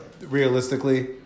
realistically